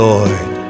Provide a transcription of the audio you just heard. Lord